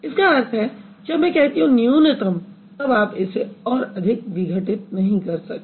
इसका अर्थ है जब मैं कहती हूँ न्यूनतम तब आप इसे और अधिक विघटित नहीं कर सकते